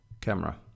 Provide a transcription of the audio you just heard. camera